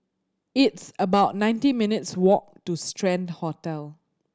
it's about nineteen minutes' walk to Strand Hotel